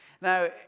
Now